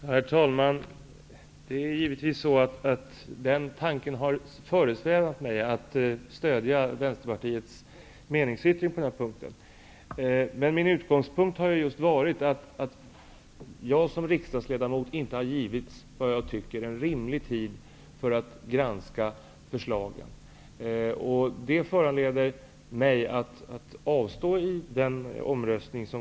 Herr talman! Naturligtvis har det föresvävat mig att jag skulle stödja Vänsterpartiets meningsyttring på den här punkten. Min utgångspunkt har emellertid varit att jag som riksdagsledamot inte har fått rimlig tid att granska förslaget. Det föranleder mig att avstå vid voteringen.